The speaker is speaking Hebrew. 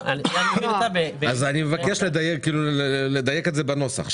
בשנת 2023. עובד ששולמה לו מקדמה בסכום העולה על סכום המענק המוגדל שלו